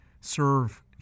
serve